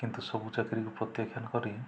କିନ୍ତୁ ସବୁ ଚାକିରିକୁ କରି